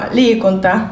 liikunta